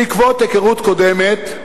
בעקבות היכרות קודמת,